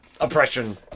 oppression